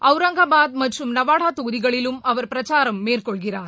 அவுரங்காபாத் மற்றும் நவாடா தொகுதிகளிலும் அவர் பிரச்சாரம் மேற்கொள்கிறார்